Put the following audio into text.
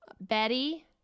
betty